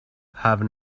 have